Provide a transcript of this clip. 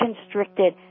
constricted